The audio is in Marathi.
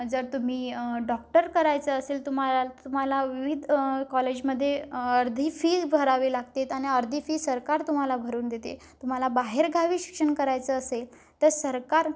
जर तुम्ही डॉक्टर करायचं असेल तुम्हाला तुम्हाला विविध कॉलेजमध्येे अर्धी फी भरावे लागते आणि अर्धी फी सरकार तुम्हाला भरून देते तुम्हाला बाहेरगावी शिक्षण करायचं असेल तर सरकार